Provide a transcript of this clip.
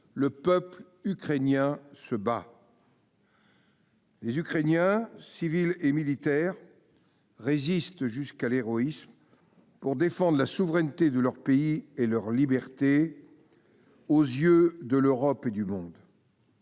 le peuple ukrainien se bat. Les Ukrainiens, civils et militaires, résistent jusqu'à l'héroïsme pour défendre la souveraineté de leur pays et leur liberté aux yeux de l'Europe et du monde.